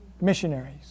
missionaries